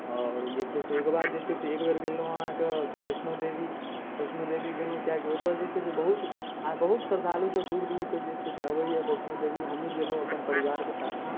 आओर जे छै से एकबेर जे छै से एकबेर गेलहुँ अहाँके वैष्णो देवी वैष्णो देवी गेलहुँ किएकि ओतऽ जे छै से बहुत आओर बहुत श्रद्धालुसभ दूर दूरके जे छै से अबैए वैष्णो देवी हमहूँ गेलहुँ अपन परिवारके साथमे